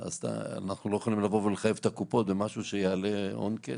אנחנו לא יכולים לבוא ולחייב את הקופות במה שיעלה הון כסף.